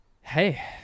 hey